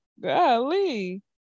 Golly